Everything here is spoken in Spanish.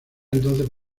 entonces